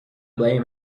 blame